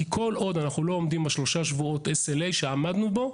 כי כל עוד אנחנו לא עומדים בשלושה שבועות SLA שעמדנו בו,